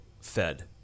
fed